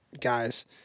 guys